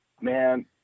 man